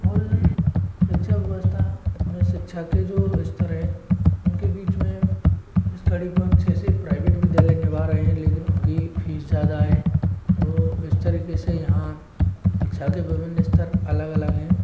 और शिक्षा व्यवस्था में शिक्षा के जो स्तर हैं उनके बीच में इस कड़ी को अच्छे से प्राइवेट विद्यालय निभा रहे हैं लेकिन उनकी फीस ज्यादा है तो इस तरीके से यहाँ शिक्षा के विभिन्न स्तर अलग अलग हैं